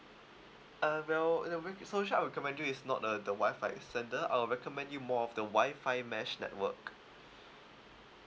uh well the wi~ so which one I recommend you is not the the wi-fi extender I will recommend you more of the wi-fi mesh network